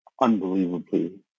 unbelievably